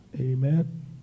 Amen